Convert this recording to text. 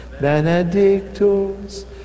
Benedictus